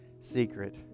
secret